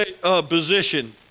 Position